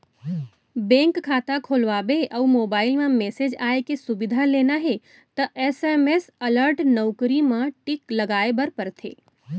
bank खाता खोलवाबे अउ मोबईल म मेसेज आए के सुबिधा लेना हे त एस.एम.एस अलर्ट नउकरी म टिक लगाए बर परथे